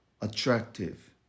attractive